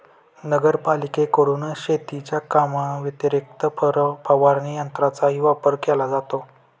नगरपालिकेकडून शेतीच्या कामाव्यतिरिक्त फवारणी यंत्राचाही वापर केला जातो